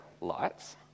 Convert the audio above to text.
lights